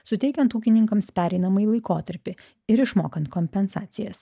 suteikiant ūkininkams pereinamąjį laikotarpį ir išmokant kompensacijas